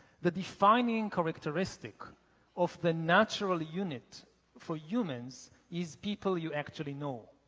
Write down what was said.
the defining characteristic of the natural unit for humans is people you actually know,